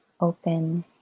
open